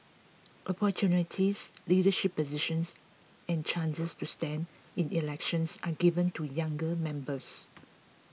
opportunities leadership positions and chances to stand in elections are given to younger members